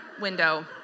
window